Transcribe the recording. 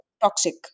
toxic